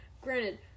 Granted